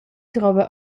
drova